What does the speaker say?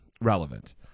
relevant